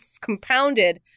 compounded